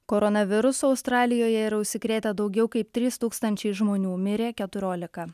koronavirusu australijoje yra užsikrėtę daugiau kaip trys tūkstančiai žmonių mirė keturiolika